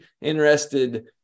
interested